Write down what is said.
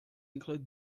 include